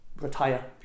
retire